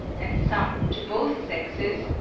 and some to both sexes,